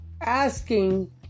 Asking